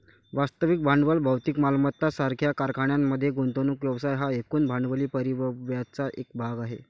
वास्तविक भांडवल भौतिक मालमत्ता सारख्या कारखान्यांमध्ये गुंतवणूक व्यवसाय हा एकूण भांडवली परिव्ययाचा एक भाग आहे